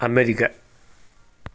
America